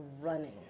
running